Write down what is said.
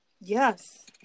Yes